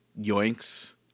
yoinks